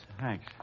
Thanks